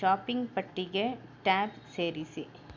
shopping ಪಟ್ಟಿಗೆ tab ಸೇರಿಸಿ